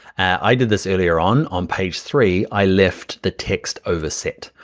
i did this earlier on on page three i left the text over set,